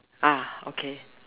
ah okay